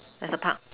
there's a Park